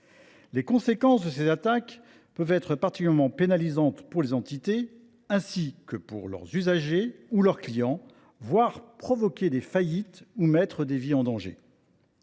Les conséquences de ces attaques peuvent être particulièrement pénalisantes pour les entités, ainsi que pour leurs usagers ou leurs clients, voire provoquer des faillites ou mettre des vies en danger.